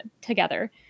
together